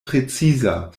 preciza